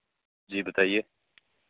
जी बताईए